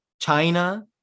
china